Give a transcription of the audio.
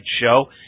show